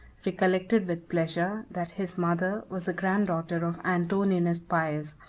recollected with pleasure that his mother was the granddaughter of antoninus pius,